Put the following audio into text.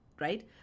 right